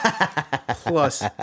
Plus